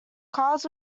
clouds